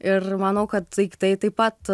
ir manau kad daiktai taip pat